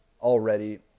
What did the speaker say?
already